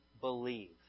believe